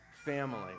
Family